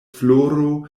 floro